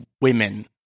women